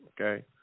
okay